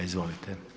Izvolite.